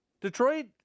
Detroit